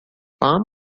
palm